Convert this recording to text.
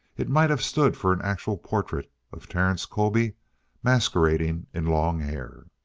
it might have stood for an actual portrait of terence colby masquerading in long hair.